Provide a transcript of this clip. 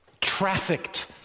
trafficked